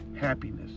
happiness